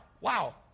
wow